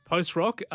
Post-rock